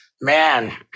Man